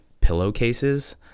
pillowcases